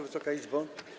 Wysoka Izbo!